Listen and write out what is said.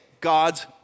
God's